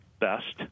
best